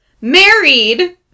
married